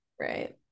Right